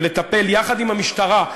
ולטפל יחד עם המשטרה,